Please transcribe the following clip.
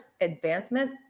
advancement